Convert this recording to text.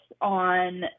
on